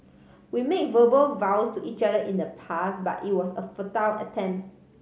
we made verbal vows to each other in the past but it was a futile attempt